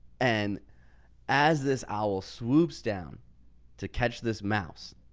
and as this owl swoops down to catch this mouse.